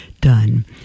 done